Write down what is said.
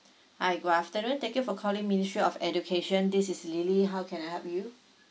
hi good afternoon thank you for calling ministry of education this is lily how can I help you